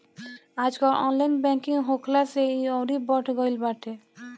आजकल online banking होखला से इ अउरी बढ़ गईल बाटे